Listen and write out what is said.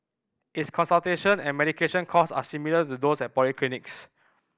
its consultation and medication costs are similar to those at polyclinics